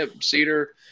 Cedar